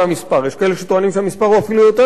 יש כאלה שטוענים שהמספר הוא אפילו יותר גדול.